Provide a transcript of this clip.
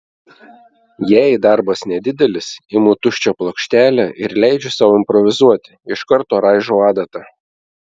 jei darbas nedidelis imu tuščią plokštelę ir leidžiu sau improvizuoti iš karto raižau adata